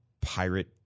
pirate